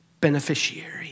beneficiary